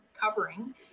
covering